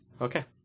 Okay